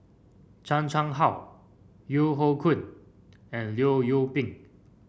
Chan Chang How Yeo Hoe Koon and Leong Yoon Pin